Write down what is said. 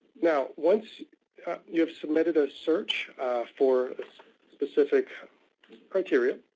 now, once you have submitted a search for a specific criteria,